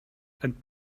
and